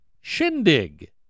Shindig